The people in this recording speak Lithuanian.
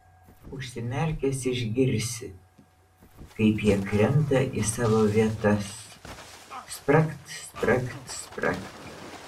užsimerkęs išgirsi kaip jie krenta į savo vietas spragt spragt spragt